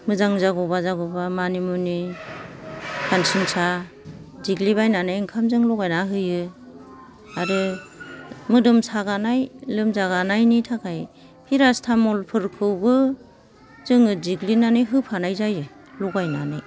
मोजां जागौबा जागौबा मानिमुनि खानसिनसा देग्लि बायनानै ओंखाम जों लगायनानै होयो आरो मोदोम सागानाय आरो लोमजागानायनि थाखाय फेरासथामल फोरखौबो जोङो देग्लिनानै होफानाय जायो लगायनानै